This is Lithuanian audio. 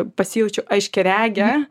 pasijaučiau aiškiarege